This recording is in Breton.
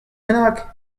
bennak